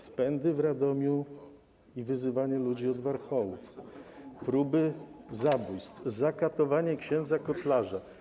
Spędy w Radomiu i wyzywanie ludzi od warchołów, próby zabójstw, zakatowanie księdza Kotlarza.